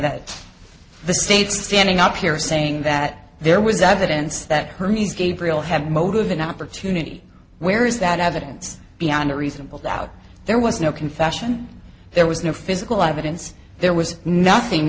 that the state's standing up here saying that there was evidence that hermes gabriel had motive an opportunity where is that evidence beyond a reasonable doubt there was no confession there was no physical evidence there was nothing